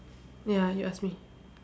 ya you ask me